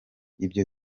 ibyo